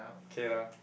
okay lah